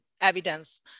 evidence